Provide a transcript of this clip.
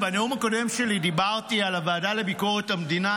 בנאום הקודם שלי דיברתי על הוועדה לביקורת המדינה,